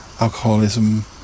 alcoholism